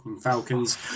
Falcons